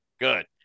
Good